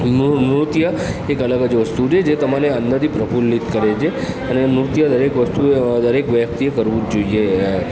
નુ નૃત્ય એક અલગ જ વસ્તુ છે જે તમને અંદરથી પ્રફુલ્લિત કરે છે અને નૃત્ય દરેક વસ્તુ દરેક વ્યકિતએ કરવું જ જોઈએ